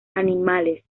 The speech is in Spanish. animales